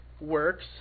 works